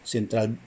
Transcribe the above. Central